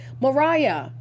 Mariah